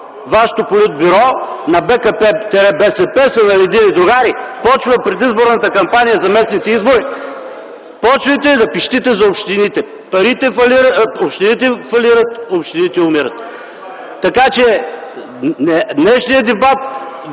вашето Политбюро на БКП-БСП са наредили: „Другари, започва предизборната кампания за местните избори, започвайте да пищите за общините. Общините фалират, общините умират.” Така че днешният дебат